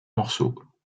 morceaux